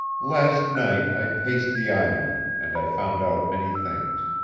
last night i paced the island, and i found out many things.